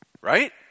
Right